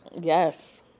Yes